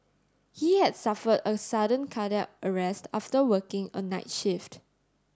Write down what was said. he had suffered a sudden cardiac arrest after working a night shift